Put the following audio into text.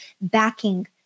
backing